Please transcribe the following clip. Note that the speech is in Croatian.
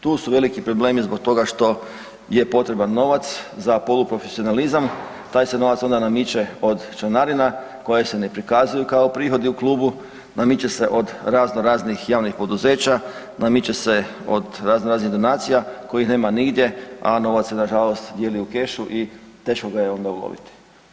Tu su veliki problemi zbog toga što je potreban novac za poluprofesionalizam, taj se novac onda namiče od članarina koje se ne prikazuju kao prihodi u klubu, namiče se od raznoraznih javnih poduzeća, namiče se od raznoraznih donacija kojih nema nigdje, a novac se nažalost dijeli u kešu i teško ga je onda uloviti.